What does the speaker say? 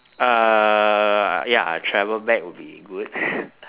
uh uh ya a travel bag would be good